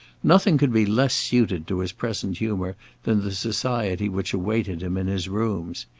nothing could be less suited to his present humour than the society which awaited him in his rooms.